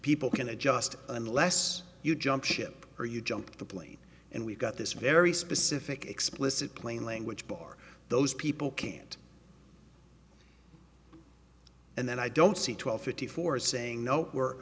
people can adjust unless you jump ship or you jump the plane and we've got this very specific explicit plain language bar those people can't and then i don't see twelve fifty four saying nope we're